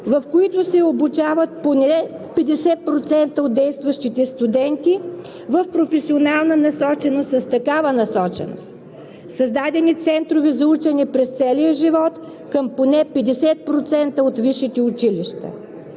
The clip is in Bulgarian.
в които се обучават поне 50% от действащите студенти с такава насоченост. Създадени центрове за „Учене през целия живот“ към поне 50% от висшите училища.